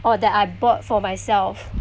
or that I bought for myself